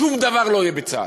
שום דבר לא יהיה בצה"ל.